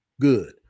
good